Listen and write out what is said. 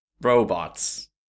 robots